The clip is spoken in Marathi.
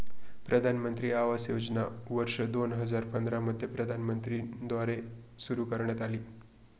प्रधानमंत्री आवास योजना वर्ष दोन हजार पंधरा मध्ये प्रधानमंत्री न द्वारे सुरू करण्यात आली